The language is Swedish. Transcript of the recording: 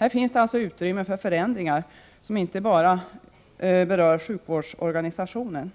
Här finns det alltså utrymme för förändringar, som inte bara berör sjukvårdsorganisationen.